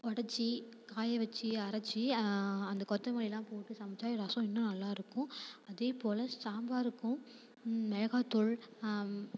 உடச்சி காயவச்சு அரைச்சி அந்த கொத்தமல்லிலாம் போட்டு சமைத்தா ரசம் இன்னும் நல்லா இருக்கும் அதேப்போல சாம்பாருக்கும் மிளகாத்தூள்